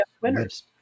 winners